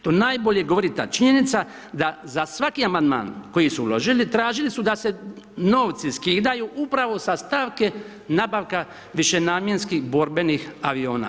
To najbolje govori ta činjenica da za svaki amandman koji su uložili, tražili su da se novci skidaju upravo sa stavke nabavka višenamjenskih borbenih aviona.